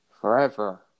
Forever